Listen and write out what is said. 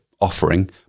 offering